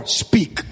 speak